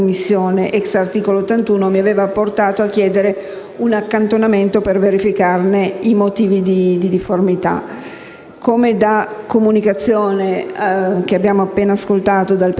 all'emendamento 1.127, del quale ho chiesto l'accantonamento per una verifica dopo la dichiarazione di inammissibilità di due subemendamenti,